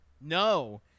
No